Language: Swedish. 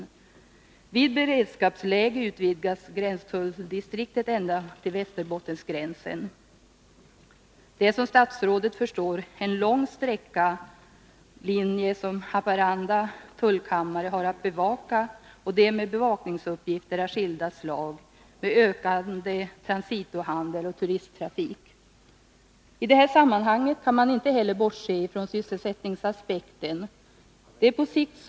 I händelse av beredskapsläge utvidgas gränstulldistriktet ända bort till gränsen mot Västerbotten. Det är som statsrådet förstår en lång gränslinje som Haparanda tullkammare har att bevaka — det gäller bevakningsuppgifter av skilda slag, Nr 101 ökande transitohandel och turisttrafik. Torsdagen den I det här sammanhanget kan man inte heller bortse från sysselsättnings 18 mars 1982 aspekten.